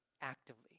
actively